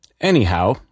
anyhow